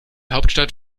hauptstadt